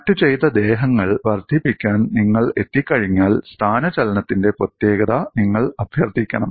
കണക്റ്റുചെയ്ത ദേഹങ്ങൾ വർദ്ധിപ്പിക്കാൻ നിങ്ങൾ എത്തിക്കഴിഞ്ഞാൽ സ്ഥാനചലനത്തിന്റെ പ്രത്യേകത നിങ്ങൾ അഭ്യർത്ഥിക്കണം